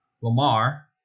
Lamar